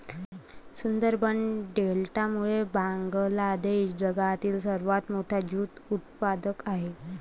सुंदरबन डेल्टामुळे बांगलादेश जगातील सर्वात मोठा ज्यूट उत्पादक आहे